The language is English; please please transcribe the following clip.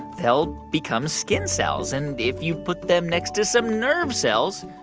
they'll becomes skin cells. and if you put them next to some nerve cells,